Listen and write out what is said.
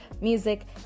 music